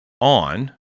on